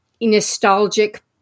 nostalgic